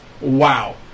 Wow